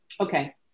Okay